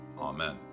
Amen